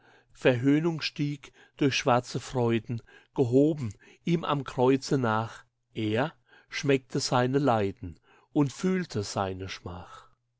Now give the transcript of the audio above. verhöhnung stieg durch schwarze freuden gehoben ihm am kreuze nach er schmeckte seine leiden und fühlte seine schmach